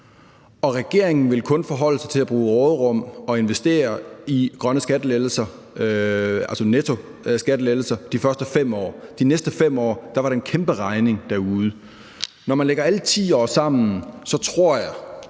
og regeringen vil kun forholde sig til at bruge af råderummet og investere i grønne skattelettelser – altså nettoskattelettelser – de første 5 år. De næste 5 år vil der ligge en kæmperegning derude. Når man lægger alle 10 år sammen, så tror jeg,